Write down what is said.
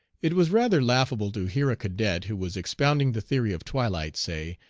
it was rather laughable to hear a cadet, who was expounding the theory of twilight, say,